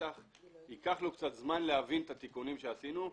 ייקח לשטח קצת זמן להבין את התיקונים שעשינו.